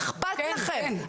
איכפת לכם,